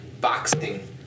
boxing